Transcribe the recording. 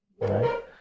right